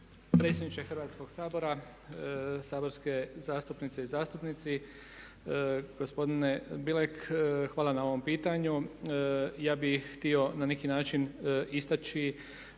Predsjedniče Hrvatskoga sabora, saborske zastupnice i zastupnici. Gospodine Bilek, hvala na ovom pitanju. Ja bih htio na neki način istači